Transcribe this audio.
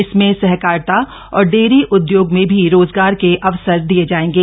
इसमें सहकारिता और डेयरी उद्योग में भी रोजगार के अवसर दिये जायेंगे